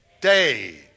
day